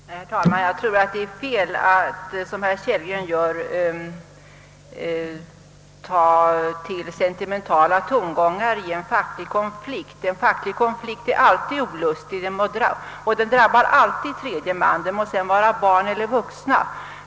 Herr talman! Jag tror att det är fel att, som herr Kellgren gör, ta till sentimentala tongångar i en facklig konflikt. En facklig konflikt är alltid olustig, och den drabbar alltid tredje man, de må sedan vara barn eller vuxna.